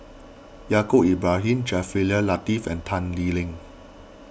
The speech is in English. Yaacob Ibrahim Jaafar Latiff and Tan Lee Leng